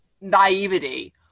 naivety